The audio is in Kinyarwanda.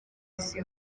isi